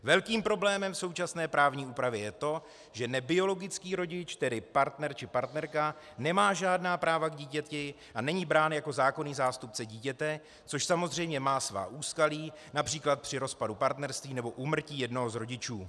Velkým problémem současné právní úpravy je to, že nebiologický rodič, tedy partner či partnerka, nemá žádná práva k dítěti a není brán jako zákonný zástupce dítěte, což samozřejmě má svá úskalí, např. při rozpadu partnerství nebo úmrtí jednoho z rodičů.